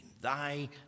thy